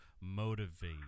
motivate